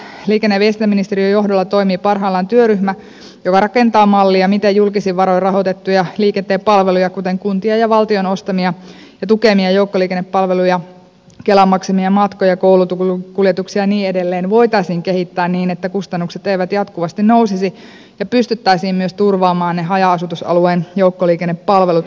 liikenne ja viestintäministeriön johdolla toimii parhaillaan työryhmä joka rakentaa mallia miten julkisin varoin rahoitettuja liikenteen palveluja kuten kuntien ja valtion ostamia ja tukemia joukkoliikennepalveluja kelan maksamia matkoja koulukuljetuksia ja niin edelleen voitaisiin kehittää niin että kustannukset eivät jatkuvasti nousisi ja pystyttäisiin myös turvaamaan ne haja asutusalueen joukkoliikennepalvelut